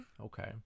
Okay